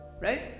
Right